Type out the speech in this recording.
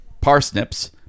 parsnips